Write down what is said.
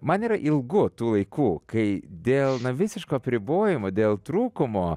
man yra ilgu tų laikų kai dėl visiško apribojimo dėl trūkumo